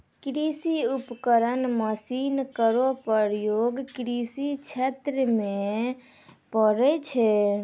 कृषि उपकरण मसीन केरो प्रयोग कृषि क्षेत्र म पड़ै छै